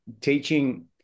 teaching